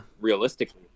realistically